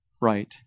right